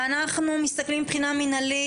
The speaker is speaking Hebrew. ואנחנו מסתכלים מבחינה מינהלית,